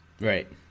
Right